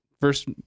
first